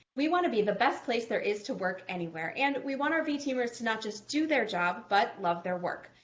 we want to be the best place there is to work anywhere and we want our v-teamers to not just do their job but love their work.